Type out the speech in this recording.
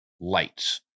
lights